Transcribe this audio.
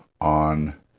on